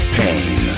pain